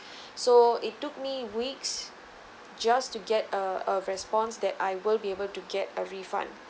so it took me weeks just to get a a response that I will be able to get a refund